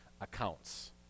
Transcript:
accounts